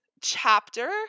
chapter